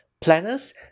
Planners